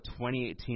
2018